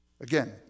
Again